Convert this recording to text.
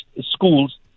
schools